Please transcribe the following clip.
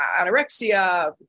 anorexia